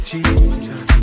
Jesus